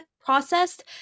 processed